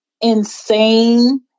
insane